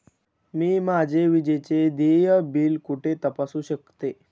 मी माझे विजेचे देय बिल कुठे तपासू शकते?